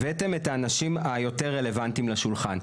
הבאתם את האנשים היותר רלוונטיים לשולחן.